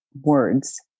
words